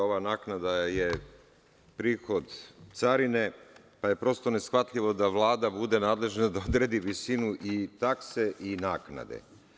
Ova naknada je prihod carine, pa je prosto neshvatljivo da Vlada bude nadležna da odredi visinu i takse i naknade.